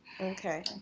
Okay